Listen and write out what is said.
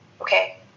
Okay